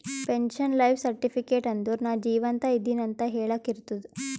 pension life certificate ಅಂದುರ್ ನಾ ಜೀವಂತ ಇದ್ದಿನ್ ಅಂತ ಹೆಳಾಕ್ ಇರ್ತುದ್